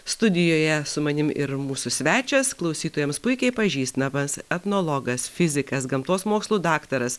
studijoje su manim ir mūsų svečias klausytojams puikiai pažįstamas etnologas fizikas gamtos mokslų daktaras